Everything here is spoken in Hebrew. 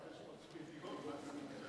היה 500 מיליון.